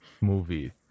movie